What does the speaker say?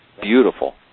beautiful